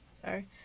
sorry